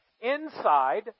inside